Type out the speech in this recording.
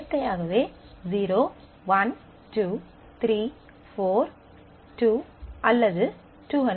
இயற்கையாகவே 0 1 2 3 4 2 அல்லது 200